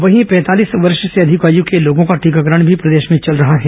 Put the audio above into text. वहीं पैंतालीस वर्ष से अधिक आय के लोगों का टीकाकरण भी प्रदेश में चल रहा है